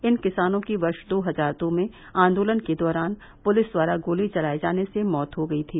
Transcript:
इन किसानों की वर्ष दो हजार दो में आंदोलन के दौरान पुलिस द्वारा गोली चलाए जाने से मौत हो गई थी